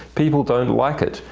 people don't like it.